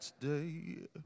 today